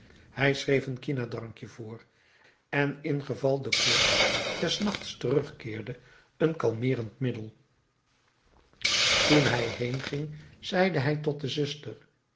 hij schreef een kinadrankje voor en ingeval de koorts des nachts terugkeerde een kalmeerend middel toen hij heenging zeide hij tot de zuster